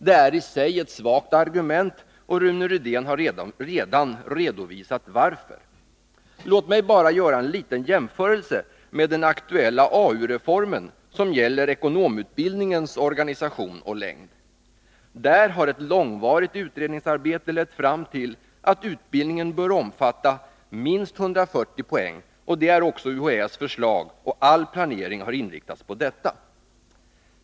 Det är i sig ett svagt argument, och Rune Rydén har redan redovisat varför. Låt mig bara göra en liten jämförelse med den aktuella AU-reformen, som gäller ekonomutbildningens organisation och längd. Där har ett långvarigt utredningsarbete lett fram till slutsatsen att utbildningen bör omfatta minst 140 poäng. Detta är också UHÄ:s förslag, och all planering har inriktats på detta.